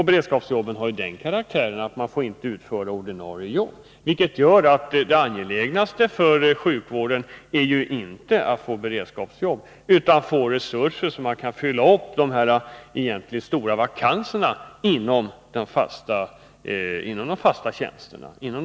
Beredskapsjobben har ju den karaktären att man inte får utföra ordinarie jobb, vilket gör att det angelägnaste för sjukvården ju inte är att få beredskapsjobb utan resurser för att kunna fylla upp de stora vakanserna inom de fasta tjänsterna. Bl.